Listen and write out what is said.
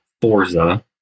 Forza